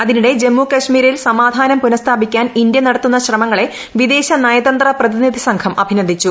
അതിനിടെ ജമ്മു കശ്മീരിൽ സമാധാനം പുനസ്ഥാപിക്കാൻ ഇന്ത്യ നടത്തുന്ന ശ്രമങ്ങളെ വിദേശനയതന്ത്ര പ്രതിനിധി സംഘം അഭിനന്ദിച്ചു